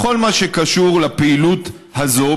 בכל מה שקשור לפעילות הזאת,